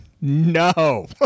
No